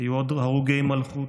היו עוד הרוגי מלכות,